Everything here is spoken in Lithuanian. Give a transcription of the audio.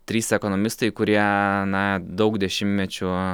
trys ekonomistai kurie na daug dešimtmečių